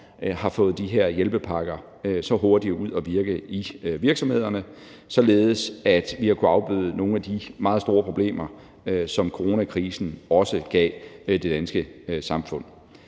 har fået de her hjælpepakker så hurtigt ud at virke i virksomhederne, således at vi har kunnet afbøde nogle af de meget store problemer, som coronakrisen også gav det danske samfund.